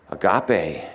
Agape